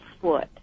foot